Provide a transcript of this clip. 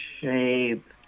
shape